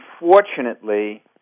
unfortunately